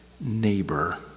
neighbor